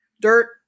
Dirt